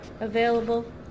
available